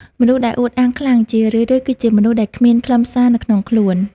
មនុស្សដែលអួតអាងខ្លាំង ជារឿយៗគឺជាមនុស្សដែលគ្មានខ្លឹមសារនៅក្នុងខ្លួន។